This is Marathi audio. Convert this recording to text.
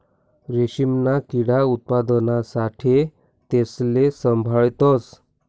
रेशीमना किडा उत्पादना साठे तेसले साभाळतस